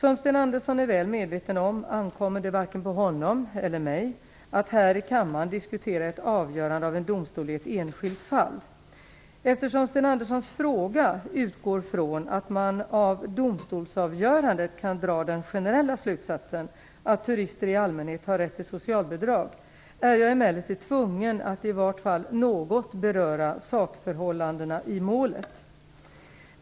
Som Sten Andersson är väl medveten om ankommer det varken på honom eller på mig att här i kammaren diskutera ett avgörande av en domstol i ett enskilt fall. Eftersom Sten Anderssons fråga utgår från att man av domstolsavgörandet kan dra den generella slutsatsen att turister i allmänhet har rätt till socialbidrag är jag emellertid tvungen att i vart fall något beröra sakförhållandena i målet.